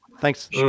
Thanks